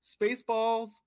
Spaceballs